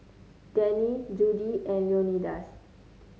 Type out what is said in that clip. Denny Judi and Leonidas